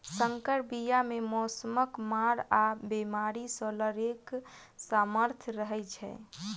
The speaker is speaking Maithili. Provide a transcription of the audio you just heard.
सँकर बीया मे मौसमक मार आ बेमारी सँ लड़ैक सामर्थ रहै छै